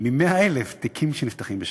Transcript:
מ-100,000 תיקים שנפתחים בשנה.